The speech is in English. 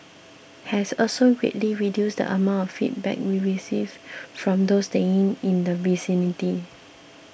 has also greatly reduced the amount of feedback we received from those staying in the vicinity